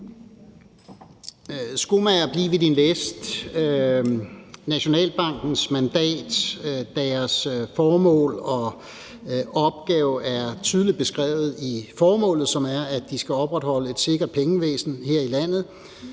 Skomager, bliv ved din læst. Nationalbankens mandat, deres formål og opgave, er tydeligt beskrevet i formålsparagraffen, og det er, at de skal opretholde et sikkert pengevæsen her i landet